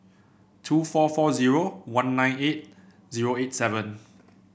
two four four zero one nine eight zero eight seven